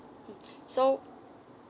mm so